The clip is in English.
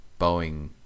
Boeing